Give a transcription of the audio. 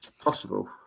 Possible